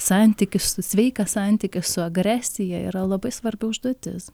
santykį su sveiką santykį su agresija yra labai svarbi užduotis